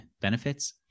benefits